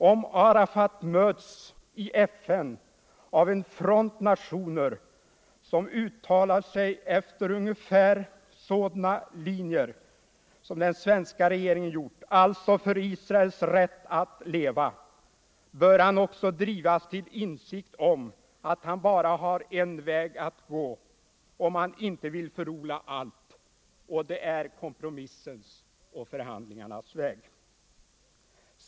: Om Arafat möts av en front av nationer, som uttalar sig efter ungefär sådana linjer, bör han också drivas till insikt om, att han bara har en väg att gå om han inte vill förlora allt, och det är kompromissens och förhandlingarnas väg.